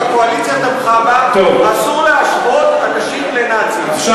שהקואליציה תמכה בה אסור להשוות אנשים לנאצים,